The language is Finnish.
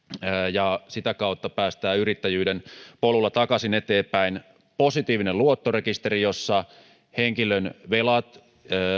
ja sitä kautta päästää hänet yrittäjyyden polulla takaisin eteenpäin positiivisella luottorekisterillä jossa henkilön velat